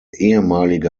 ehemalige